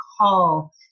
call